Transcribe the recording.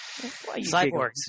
Cyborgs